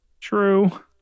True